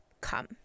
come